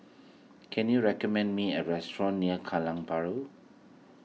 can you recommend me a restaurant near Kallang Bahru